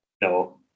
No